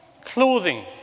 Clothing